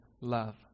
love